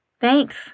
Thanks